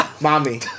Mommy